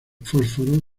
fósforo